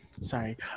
sorry